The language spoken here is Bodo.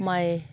माय